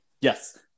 yes